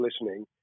listening